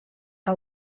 que